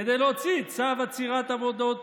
כדי להוציא צו עצירת עבודות.